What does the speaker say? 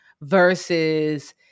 versus